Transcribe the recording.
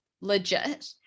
legit